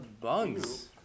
bugs